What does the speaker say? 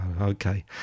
okay